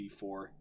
d4